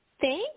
Thank